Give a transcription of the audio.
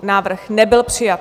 Návrh nebyl přijat.